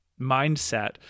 mindset